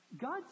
God